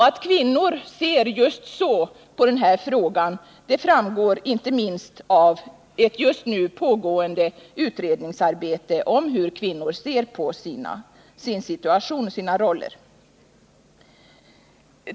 Att kvinnor ser just så på denna fråga framgår inte minst av ett just nu pågående utredningsarbete om hur kvinnor ser på sin situation och sina roller.